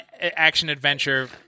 action-adventure